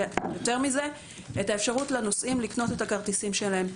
ויותר מזה את האפשרות לנוסעים לקנות את הכרטיסים שלהם,